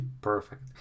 perfect